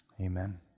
Amen